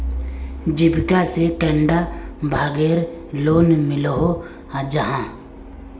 जीविका से कैडा भागेर लोन मिलोहो जाहा?